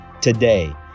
today